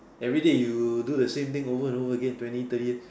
everyday you do the same thing over and over again twenty thirty years